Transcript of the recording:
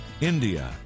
India